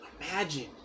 Imagine